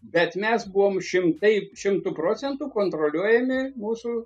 bet mes buvom šimtai šimtu procentų kontroliuojami mūsų